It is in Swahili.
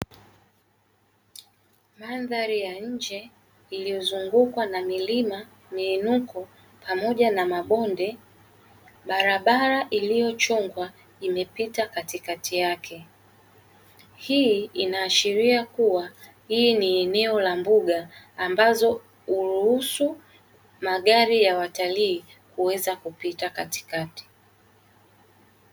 Mandhari ya nje iliyozungukwa na milima, miinuko pamoja na mabonde, barabara iliyochongwa imepita katikati yake. Hii inaashiria kuwa, hili ni eneo la mbuga, ambalo huruhusu magari ya watalii kuweza kupita katikati.